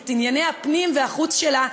את ענייני הפנים והחוץ שלה,